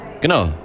Genau